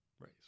right